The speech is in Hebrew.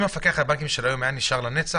המפקח על הבנקים של היום היה נשאר לנצח,